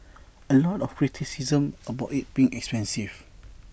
A lot of criticism about IT being expensive